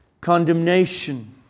condemnation